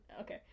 Okay